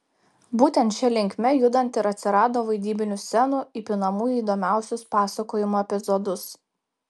būtent šia linkme judant ir atsirado vaidybinių scenų įpinamų į įdomiausius pasakojimo epizodus